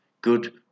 good